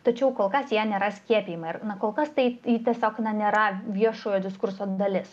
tačiau kol kas ja nėra skiepijama ir na kol kas tai ji tiesiog nėra viešojo diskurso dalis